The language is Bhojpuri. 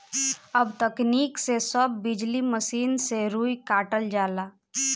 अब तकनीक से सब बिजली मसीन से रुई कातल जाता